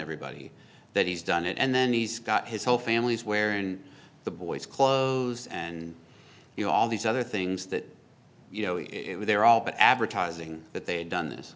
everybody that he's done it and then he's got his whole families where in the boys clothes and you know all these other things that you know they're all but advertising that they've done this